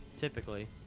Typically